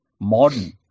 Modern